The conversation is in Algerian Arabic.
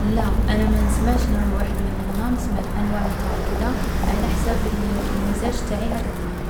لا، أنا ما نسمعش نوع واحد من الغنا نسمع لأنواع متعددة على حساب الـ المزاج تاعي هداك النهار.